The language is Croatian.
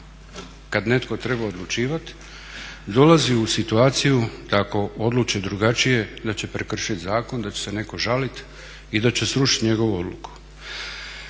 kad netko treba odlučivati, dolaze u situaciju da ako odluče drugačije da će prekršiti zakon da će se netko žaliti i da će srušiti njegovu odluku.